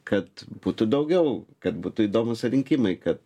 kad būtų daugiau kad būtų įdomūs rinkimai kad